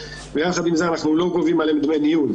ואנחנו לא גובים עליהם דמי ניהול.